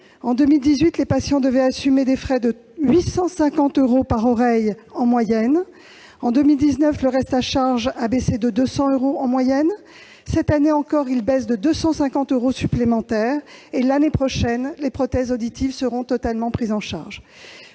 les patients devaient assumer, en 2018, des frais de 850 euros en moyenne par oreille. En 2019, le reste à charge a baissé de 200 euros en moyenne. Cette année, il baisse de 250 euros supplémentaires et, l'année prochaine, les prothèses auditives seront totalement prises en charge.